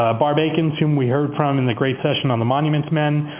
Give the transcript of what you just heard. ah barb aikens, who we heard from in the great session on the monuments men,